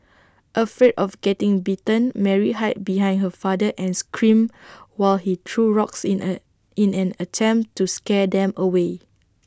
afraid of getting bitten Mary hide behind her father and screamed while he threw rocks in A in an attempt to scare them away